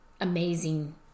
amazing